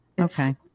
Okay